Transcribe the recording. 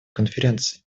конференции